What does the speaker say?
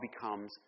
becomes